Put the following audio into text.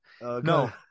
No